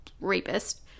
rapist